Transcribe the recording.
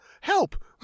Help